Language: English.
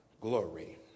glory